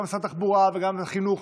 וגם למשרד התחבורה וגם לחינוך,